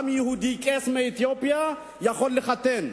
גם יהודי קייס מאתיופיה יכול לחתן.